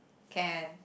can